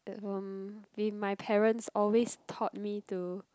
um be my parents always taught me to